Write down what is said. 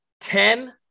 ten